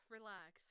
Relax